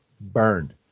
Burned